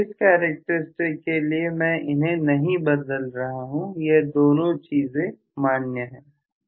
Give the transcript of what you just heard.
इस कैरेक्टरिस्टिक के लिए मैं इन्हें नहीं बदल रहा हूं यह दोनों चीजें मान्य है